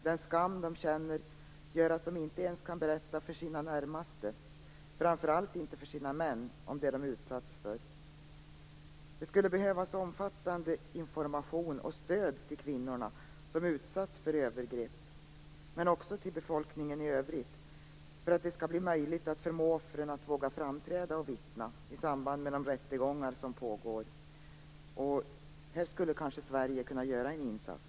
Den skam de känner gör att de inte ens för sina närmaste, framför allt inte för sina män, kan berätta om det de utsatts för. Det skulle behövas omfattande information och stöd till kvinnorna som utsatts för övergrepp men också till befolkningen i övrigt för att det skall bli möjligt att förmå offren att våga framträda och vittna i samband med de rättegångar som pågår. Här skulle kanske Sverige kunna göra en insats.